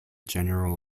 general